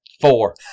Four